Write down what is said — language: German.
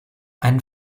ein